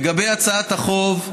לגבי הצעת החוק,